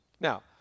Now